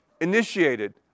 initiated